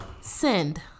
Send